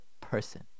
person